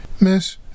Miss